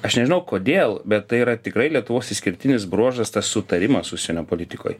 aš nežinau kodėl bet tai yra tikrai lietuvos išskirtinis bruožas tas sutarimas užsienio politikoj